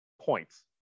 points